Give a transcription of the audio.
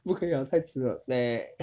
不可以了太迟了